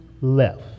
left